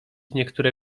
niektóre